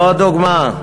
ועוד דוגמה.